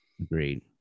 Agreed